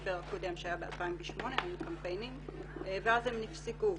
המשבר הקודם שהיה ב-2008 ואז הם נפסקו.